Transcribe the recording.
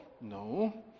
No